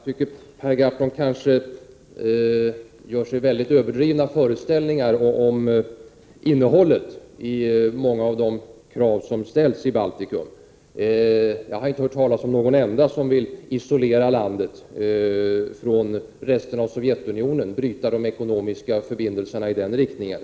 Fru talman! Jag tycker att Per Gahrton gör sig överdrivna föreställningar om innehållet i många av de krav som ställs i Baltikum. Jag har inte hört talas om någon enda som vill isolera landet från resten av Sovjetunionen, bryta de ekonomiska förbindelserna i den riktningen.